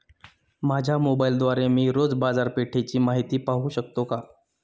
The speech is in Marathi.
माझ्या मोबाइलद्वारे मी रोज बाजारपेठेची माहिती पाहू शकतो का?